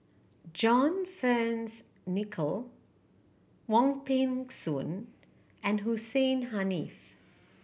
John Fearns Nicoll Wong Peng Soon and Hussein Haniff